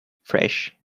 fresh